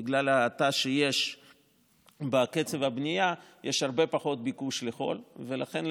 בגלל ההאטה שיש בקצב הבנייה יש הרבה פחות ביקוש לחול ולכן,